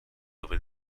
dove